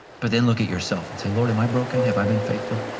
but then look at yourself and say, lord am i broken? have i been faithful?